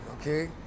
okay